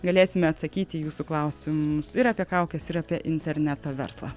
galėsime atsakyti į jūsų klausimus ir apie kaukes ir apie interneto verslą